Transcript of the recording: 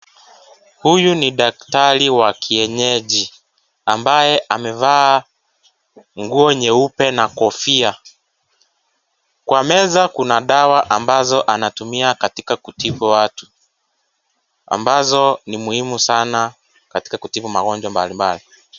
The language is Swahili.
Huyu ni daktari wa kienyeji, ambaye amevaa, nguo nyeupe na kofia, kwa meza kuna dawa ambazo anatumia katika kutibu watu, ambazo ni muhimu sana, katika kutibu magonjwa mbalimbali.